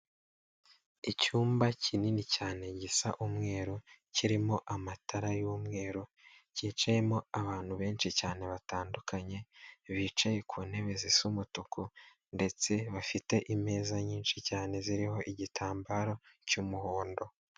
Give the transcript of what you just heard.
Icyumba kinini cyane gisa umweru, kirimo amatara y'umweru, cyicayemo abantu benshi cyane batandukanye, bicaye ku ntebe zisa umutuku ndetse bafite imeza nyinshi cyane, ziriho igitambaro cy'umuhondo.